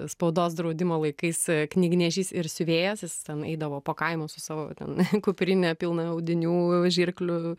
spaudos draudimo laikais knygnešys ir siuvėjas jis ten eidavo po kaimus su savo ten kuprine pilna audinių žirklių